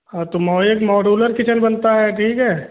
हाँ तो मो एक मोड्यूलर किचन बनता है ठीक है